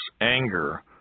anger